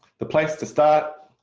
the place to start